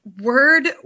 word